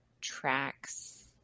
tracks